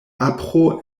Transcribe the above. apro